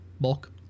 Bulk